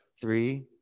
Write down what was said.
three